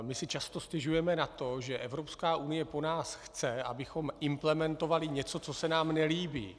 My si často stěžujeme na to, že Evropská unie po nás chce, abychom implementovali něco, co se nám nelíbí.